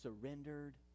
surrendered